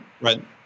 right